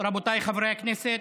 רבותיי חברי הכנסת,